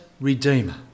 redeemer